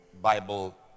Bible